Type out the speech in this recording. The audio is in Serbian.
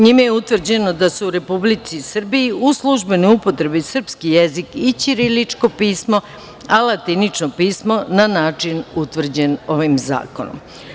Njime je utvrđeno da su u Republici Srbiji u službenoj upotrebi srpski jezik i ćiriličko pismo, a latinično pismo na način utvrđen ovim zakonom.